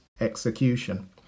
execution